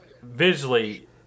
Visually